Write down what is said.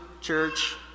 church